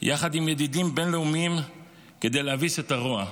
יחד עם ידידים בין-לאומיים כדי להביס את הרוע.